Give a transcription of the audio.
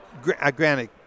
granted